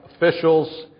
officials